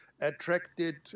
attracted